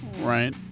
Right